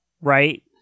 right